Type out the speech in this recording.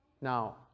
Now